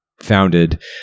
founded